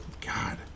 God